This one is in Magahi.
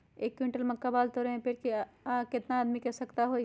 एक क्विंटल मक्का बाल तोरे में पेड़ से केतना आदमी के आवश्कता होई?